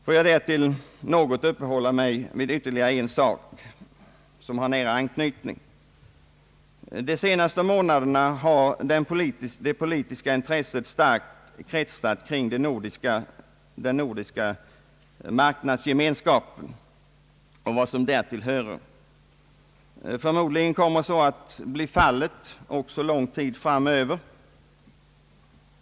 Får jag dessutom något uppehålla mig vid ytterligare en fråga som har nära anknytning till jordbrukets problem. De senaste månaderna har det politiska intresset starkt koncentrerats till frågan om den nordiska marknadsgemenskapen och vad därtill hör. Förmodligen kommer det intresset att bli stort lång tid framöver.